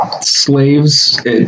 slaves